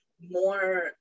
more